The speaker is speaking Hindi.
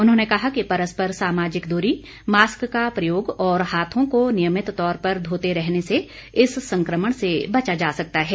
उन्होने कहा कि परस्पर सामाजिक दूरी मास्क का प्रयोग और हाथों को नियमित तौर पर धोते रहने से इस संक्रमण से बचा जा सकता है